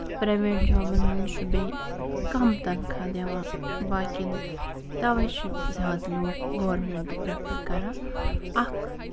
private جابَن منٛز چھُ بیٚیہِ کَم تَنخواہ دِوان باقین تَوے چھِ زیادٕ لوٗکھ گورمینٹ پرٛیفر کران اکھ